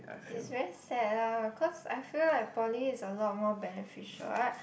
is very sad lah cause I feel like poly is a lot more beneficial I